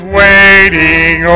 waiting